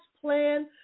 plan